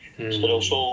mm